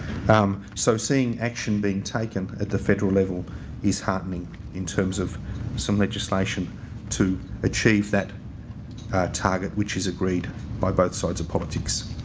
um so, seeing action being taken at the federal level is heartening in terms of some legislation to achieve that target, which is agreed by both sides of politics.